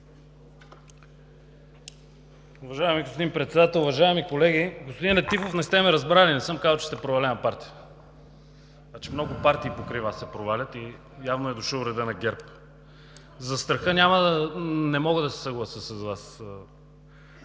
Уважаеми господин Председател, уважаеми колеги! Господин Летифов, не сте ме разбрали, не съм казал, че сте провалена партия. Много партии покрай Вас се провалят и явно е дошъл редът на ГЕРБ. За страха не мога да се съглася с Вас.